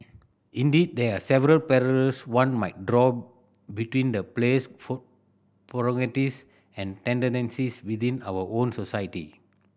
indeed there are several parallels one might draw between the play's protagonist and within our own society